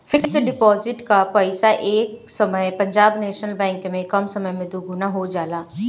fix deposit कअ पईसा ए समय पंजाब नेशनल बैंक में कम समय में दुगुना हो जाला